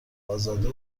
ازاده